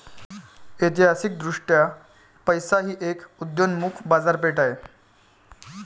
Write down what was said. ऐतिहासिकदृष्ट्या पैसा ही एक उदयोन्मुख बाजारपेठ आहे